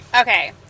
Okay